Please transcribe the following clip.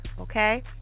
okay